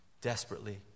Desperately